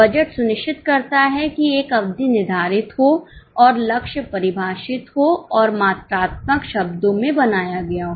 budget सुनिश्चित करता है कि एक अवधि निर्धारित हो और लक्ष्य परिभाषित हो और मात्रात्मक शब्दों में बनाया गया हो